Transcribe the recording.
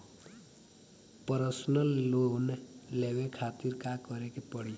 Personal loan लेवे खातिर का करे के पड़ी?